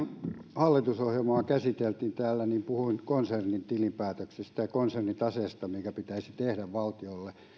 hallitusohjelmaa käsiteltiin täällä niin puhuin konsernitilinpäätöksestä ja konsernitaseesta joka pitäisi tehdä valtiolle